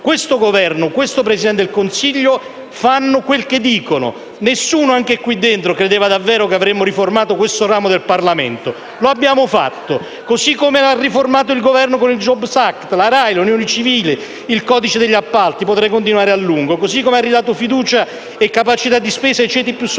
questo Governo, questo Presidente del Consiglio fanno quel che dicono. Nessuno, anche qui dentro, credeva davvero che avremmo riformato questo ramo del Parlamento: lo abbiamo fatto, così come il Governo ha riformato con il *jobs act*, la RAI, le unioni civili, il codice degli appalti, e potrei continuare a lungo. Ha ridato fiducia e capacità di spesa ai ceti più sofferenti